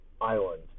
island